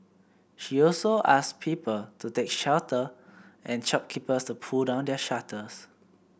she also asked people to take shelter and shopkeepers to pull down their shutters